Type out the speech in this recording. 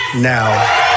now